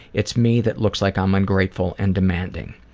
it's me that looks like i'm ungrateful and demanding.